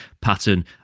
pattern